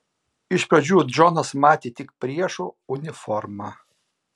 iš pradžių džonas matė tik priešo uniformą